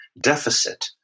deficit